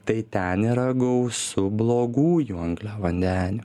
tai ten yra gausu blogųjų angliavandenių